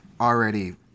already